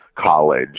college